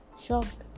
shocked